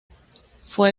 fue